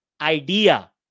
idea